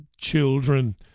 children